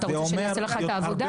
אתה רוצה שאנחנו נעשה לך את העבודה,